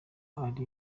ari